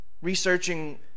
researching